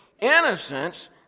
innocence